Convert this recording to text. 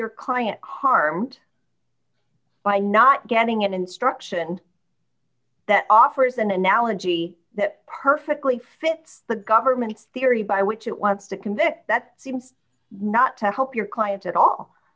your client harmed by not getting an instruction that offers an analogy that perfectly fits the government's theory by which it wants to convict that seems not to help your client at all